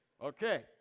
Okay